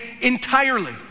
entirely